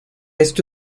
esto